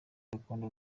gakondo